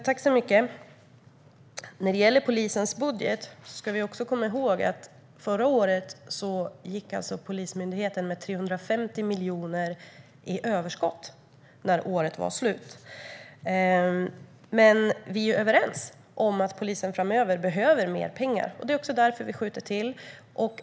Herr talman! När det gäller polisens budget ska vi också komma ihåg att Polismyndigheten förra året gick med 350 miljoner i överskott när året var slut. Men vi är överens om att polisen framöver behöver mer pengar, och det är också därför vi skjuter till.